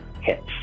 hits